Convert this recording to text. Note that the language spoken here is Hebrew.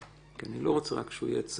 אני לא רוצה רק שהוא יהיה צד.